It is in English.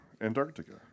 Antarctica